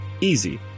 Easy